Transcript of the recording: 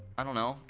i don't know.